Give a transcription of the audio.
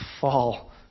fall